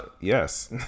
Yes